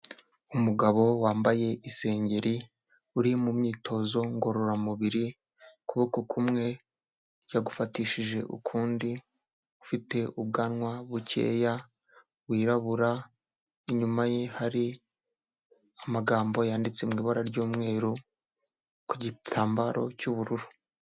Umugabo wambaye isengeri uri mu myitozo ngororamubiri, ukuboko kumwe yagufatishije ukundi, ufite ubwanwa bukeya, wirabura, inyuma ye hari amagambo yanditse mu ibara ry'umweru ku gitambaro cy'ubururu.